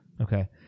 Okay